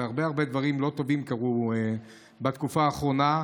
והרבה דברים לא טובים קרו בתקופה האחרונה: